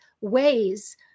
ways